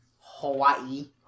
Hawaii